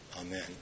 Amen